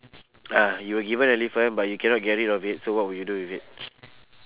ah you were given elephant but you cannot get rid of it so what would you do with it